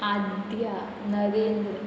Adya Narendra